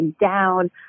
down